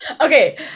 Okay